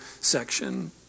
section